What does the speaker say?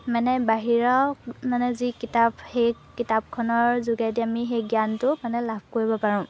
মানে বাহিৰা মানে যি কিতাপ সেই কিতাপখনৰ যোগেদি আমি সেই জ্ঞানটো মানে লাভ কৰিব পাৰোঁ